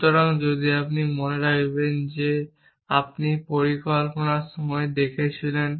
সুতরাং যদি আপনি মনে রাখবেন যে আপনি পরিকল্পনার সময় দেখেছিলেন